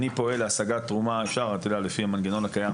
לפי המנגנון הקיים בחוק להשגת תרומות למדינה.